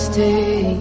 Stay